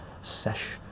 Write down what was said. sesh